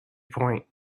point